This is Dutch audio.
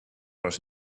was